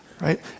right